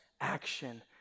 action